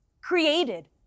created